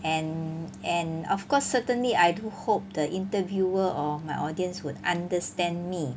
and and of course certainly I do hope the interviewer or my audience would understand me